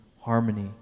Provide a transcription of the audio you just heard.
harmony